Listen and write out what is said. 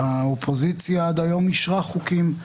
האופוזיציה עד היום אישרה חוקים,